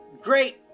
Great